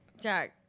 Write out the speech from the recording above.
Jack